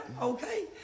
Okay